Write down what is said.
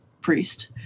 priest